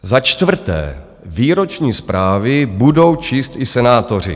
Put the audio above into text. Za čtvrté výroční zprávy budou číst i senátoři.